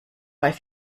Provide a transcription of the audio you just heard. bei